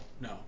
no